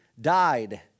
died